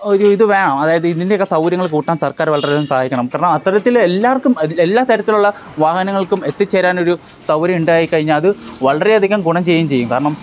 ഒരു ഇത് വേണം അതായത് ഇതിൻ്റെ ഒക്കെ സൗകര്യങ്ങൾ കൂട്ടാൻ സർക്കാർ വളരെ സഹായിക്കണം കാരണം അത്തരത്തിൽ എല്ലാവർക്കും എല്ലാ തരത്തിലുള്ള വാഹനങ്ങൾക്കും എത്തിച്ചേരാൻ ഒരു സൗകര്യം ഉണ്ടായി കഴിഞ്ഞാൽ അത് വളരെ അധികം ഗുണം ചെയ്യുകയും ചെയ്യും കാരണം